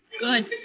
Good